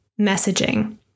messaging